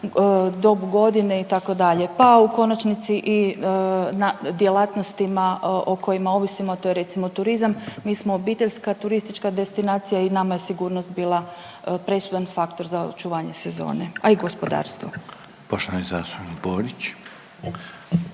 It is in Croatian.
dobu godine itd., pa u konačnici i na djelatnostima o kojima ovisimo, a to je recimo turizam, mi smo obiteljska turistička destinacija i nama je sigurnost bila presudan faktor za očuvanje sezone, a i gospodarstvo. **Reiner,